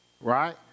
Right